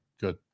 Good